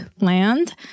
land